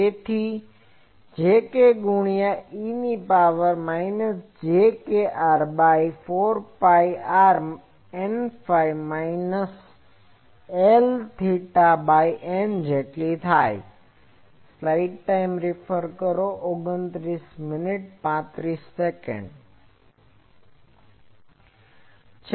તેથી jk ગુણ્યા e ની power minus j kr by 4 phi r Nφ minus Lθ by η